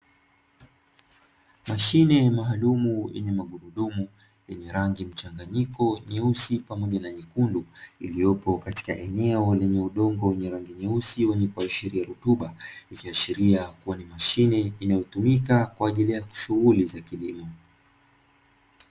Mashine maalumu yenye magurudumu yenye rangi mchanganyiko nyeusi pamoja na nyekundu iliyopo katika eneo lenye udongo wenye rangi nyeusi wenye kuashiria rutuba, ikiashiria kuwa ni mashine inayotumika kwaajili ya shughuli za kilimo.